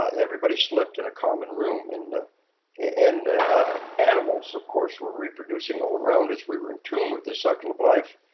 ah everybody slept in a calm and room and and ah animals, of course, were reproducing all around, as we were in tune with this cycle of life.